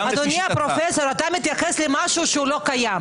אתה מתייחס למשהו שלא קיים.